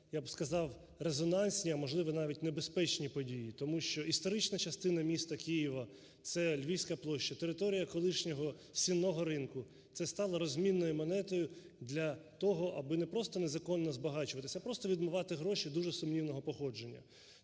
я б сказав, резонансні, а можливо, навіть небезпечні події. Тому що історична частина міста Києва – це Львівська площа, територія колишнього Сінного ринку, це стало розмінною монетою для того, аби не просто незаконно збагачуватись, а просто відмивати гроші дуже сумнівного походження.